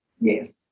Yes